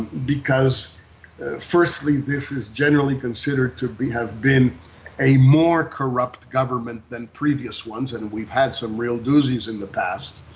because firstly, this is generally considered to have been a more corrupt government than previous ones and we've had some real doozies in the past